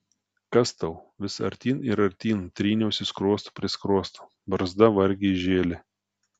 kas tau vis artyn ir artyn tryniausi skruostu prie skruosto barzda vargiai žėlė